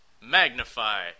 magnify